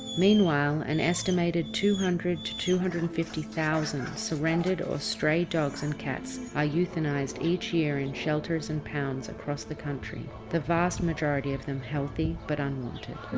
meanwhile, an estimated two hundred two hundred and fifty thousand surrendered or stray dogs and cats are euthanised each year in shelters and pounds across the country, the vast majority of them healthy but unwanted.